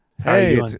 Hey